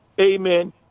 Amen